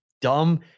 Dumb